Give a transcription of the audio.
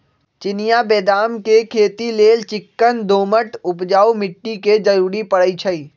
चिनियाँ बेदाम के खेती लेल चिक्कन दोमट उपजाऊ माटी के जरूरी पड़इ छइ